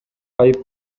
айып